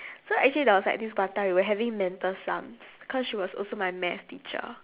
so actually there was like this one time we were having mental sums cause she was also my math teacher